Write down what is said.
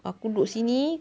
aku duduk sini